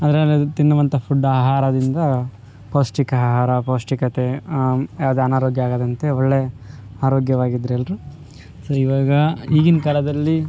ಅದರಲ್ಲಿ ತಿನ್ನುವಂಥ ಫುಡ್ ಆಹಾರದಿಂದ ಪೌಷ್ಟಿಕ ಆಹಾರ ಪೌಷ್ಟಿಕತೆ ಅದು ಅನಾರೋಗ್ಯ ಆಗದಂತೆ ಒಳ್ಳೆಯ ಆರೋಗ್ಯವಾಗಿದ್ರು ಎಲ್ಲರು ಸೊ ಇವಾಗ ಈಗಿನ ಕಾಲದಲ್ಲಿ